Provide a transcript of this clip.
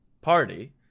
party